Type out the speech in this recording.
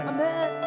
Amen